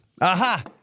aha